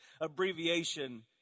abbreviation